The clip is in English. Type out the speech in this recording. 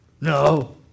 No